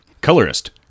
Colorist